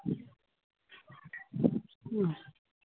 ம்